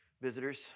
Visitors